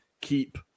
keep